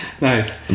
nice